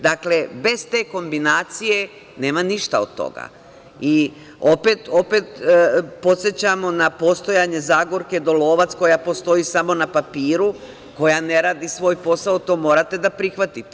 Dakle, bez te kombinacije nema ništa od toga i opet podsećamo na postojanje Zagorke Dolovac koja postoji samo na papiru, koja ne radi svoj posao, to morate da prihvatite.